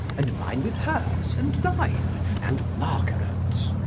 and mine, with hers, and thine, and margarets.